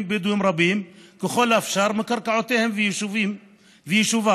בדואים רבים ככל האפשר מקרקעותיהם ויישובם